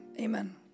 amen